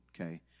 okay